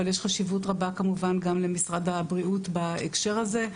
אבל יש גם חשיבות רבה למשרד הבריאות בהקשר הזה.